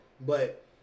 but-